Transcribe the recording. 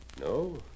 No